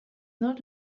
not